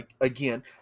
again